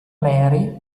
mary